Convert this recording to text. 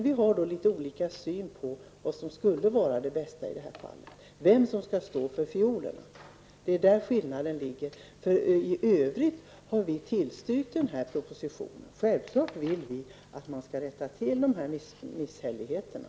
Vi har litet olika syn på vad som skulle vara det bästa i det här fallet och vem som skall stå för fiolerna. Det är där åsikterna skiljer sig. I övrigt har vi tillstyrkt propositionen. Vi vill självklart att man skall rätta till de här bristfälligheterna.